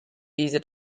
user